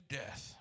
death